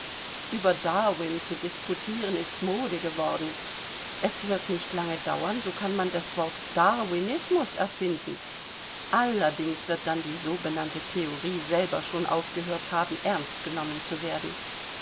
über darwin zu disputieren ist mode geworden es wird nicht lange dauern so kann man das wort darwinismus erfinden allerdings wird dann die so benannte theorie selber schon aufgehört haben ernst genommen zu werden